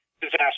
disaster